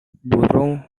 burung